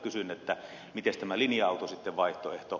kysyn mitenkäs tämä linja autovaihtoehto